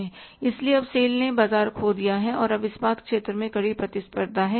इसलिए अब SAIL ने बाजार खो दिया है और अब इस्पात क्षेत्र में कड़ी प्रतिस्पर्धा है